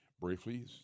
Briefly